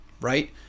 Right